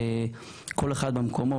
כל אחד במקומו,